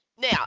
now